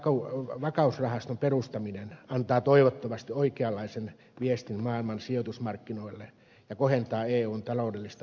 järeän vakausrahaston perustaminen antaa toivottavasti oikeanlaisen viestin maailman sijoitusmarkkinoille ja kohentaa eun taloudellista uskottavuutta